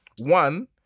One